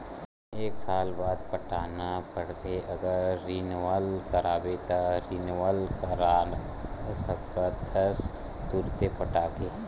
एक साल बाद पटाना रहिथे अगर रिनवल कराबे त रिनवल करा सकथस तुंरते पटाके